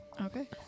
Okay